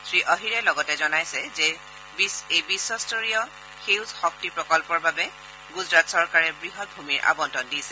শ্ৰীঅহিৰে লগতে জনাই যে এই বিশ্বস্তৰীয় সেউজ শক্তি প্ৰকল্পৰ বাবে গুজৰাট চৰকাৰে বৃহৎ ভূমি আবণ্টন দিছে